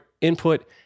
input